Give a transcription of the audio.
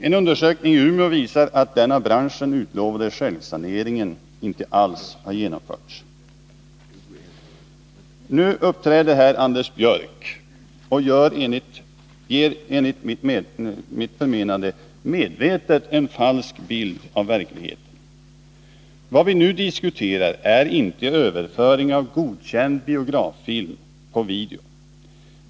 En undersökning i Umeå visar att den av branschen utlovade självsaneringen inte alls har genomförts. Nu uppträder Anders Björck här och ger enligt mitt förmenande medvetet en falsk bild av verkligheten. Vad vi nu diskuterar är inte överföring av godkänd biograffilm på video.